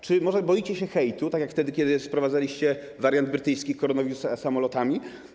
Czy może boicie się hejtu, tak jak wtedy, kiedy sprowadzaliście wariant brytyjski koronawirusa samolotami?